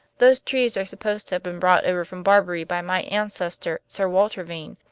those trees are supposed to have been brought over from barbary by my ancestor sir walter vane,